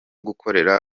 gukorera